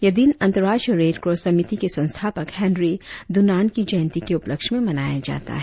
यह दिन अंतर्राष्ट्रीय रेडक्रॉस समिति के संस्थापक हेनरी डुनान्ट की जयंती के उपलक्ष में मनाया जाता है